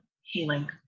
healing